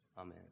Amen